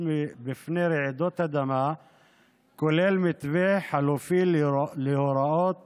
בפני רעידת אדמה כולל מתווה חלופי להוראות